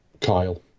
Kyle